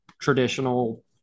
traditional